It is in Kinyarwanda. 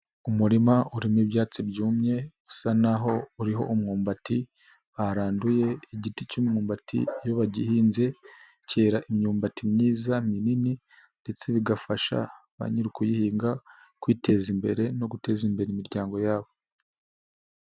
Umurima urimo ibyatsi byumye, usa naho uriho umwumbati baranduye, igiti cy'imyumbati iyo bagihinze cyera imyumbati myiza minini ndetse bigafasha ba nyirikuyihinga, kwiteza imbere no guteza imbere imiryango yabo.